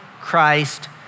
Christ